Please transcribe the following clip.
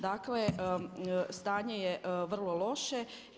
Dakle, stanje je vrlo loše.